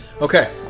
Okay